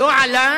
לא עלה